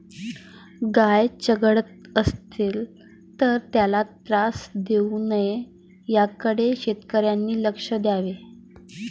गाय चघळत असेल तर त्याला त्रास देऊ नये याकडे शेतकऱ्यांनी लक्ष द्यावे